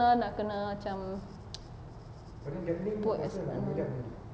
nak kena macam put as a